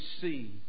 see